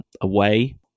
away